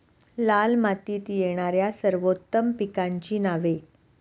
लाल मातीत येणाऱ्या सर्वोत्तम पिकांची नावे?